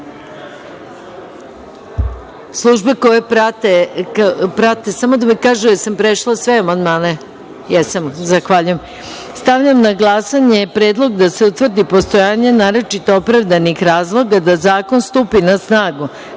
stavljam na glasanje predlog da se utvrdi postojanje naročito opravdanih razloga da zakon stupi na snagu